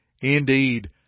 Indeed